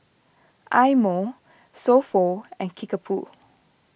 Eye Mo So Pho and Kickapoo